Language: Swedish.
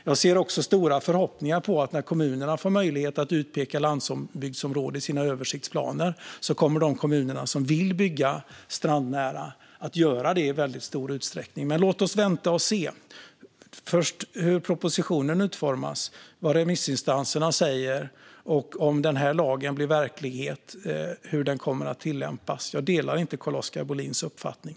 Jag ser också stora förhoppningar på att när kommunerna får möjlighet att utpeka landsbygdsområden i sina översiktsplaner kommer de kommuner som vill bygga strandnära att göra det i stor utsträckning. Men låt oss vänta och se hur propositionen utformas, vad remissinstanserna säger och hur lagen kommer att tillämpas om den blir verklighet. Jag delar inte Carl-Oskar Bohlins uppfattning.